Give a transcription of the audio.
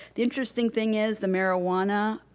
the interesting thing is the marijuana